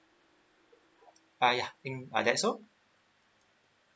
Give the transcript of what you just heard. uh ya I think are that so